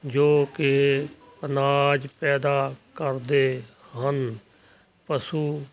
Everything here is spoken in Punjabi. ਜੋ ਕਿ ਅਨਾਜ ਪੈਦਾ ਕਰਦੇ ਹਨ ਪਸ਼ੂ